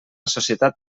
societat